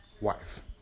wife